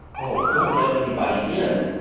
oh, don't let anybody in!